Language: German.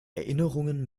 erinnerungen